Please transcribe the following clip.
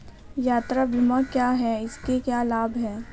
यात्रा बीमा क्या है इसके क्या लाभ हैं?